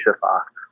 Fox